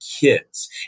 kids